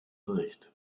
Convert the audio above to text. bericht